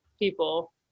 people